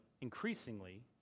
increasingly